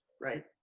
right